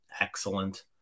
excellent